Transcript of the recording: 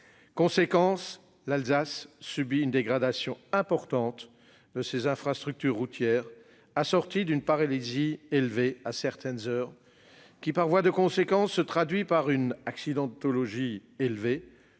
Résultat, l'Alsace subit une dégradation importante de ses infrastructures routières, assortie d'une paralysie élevée à certaines heures qui se traduit par voie de conséquence par une accidentologie élevée,